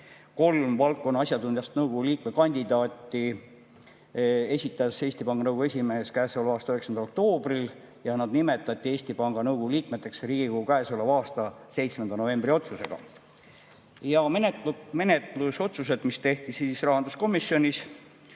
kolm valdkonna asjatundjast nõukogu liikme kandidaati esitas Eesti Panga Nõukogu esimees käesoleva aasta 9. oktoobril ja nad nimetati Eesti Panga Nõukogu liikmeteks Riigikogu käesoleva aasta 7. novembri otsusega. Ja menetlusotsused, mis tehti rahanduskomisjonis.